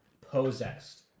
possessed